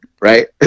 right